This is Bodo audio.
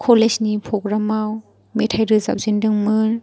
कलेजनि प्रग्रामाव मेथाइ रोजाब जेनदोंमोन